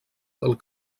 del